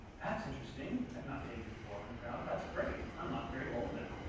that's interesting. i've not pegged you as a borden crowd. that's great. i'm not very old then.